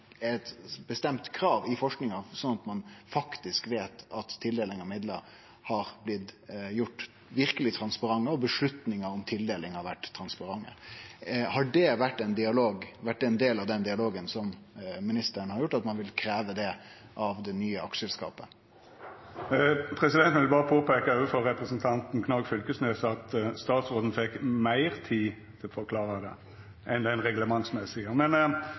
er eit bestemt krav i forskinga, slik at ein veit at tildeling av midlar faktisk har blitt gjort verkeleg transparent, og at avgjerder om tildelingar har vore transparente. Har det vore ein del av den dialogen som ministeren har hatt, at ein vil krevje det av det nye aksjeselskapet? Presidenten vil påpeika overfor representanten Knag Fylkesnes at statsråden fekk meir tid enn den reglementsmessige til å forklara det.